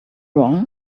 all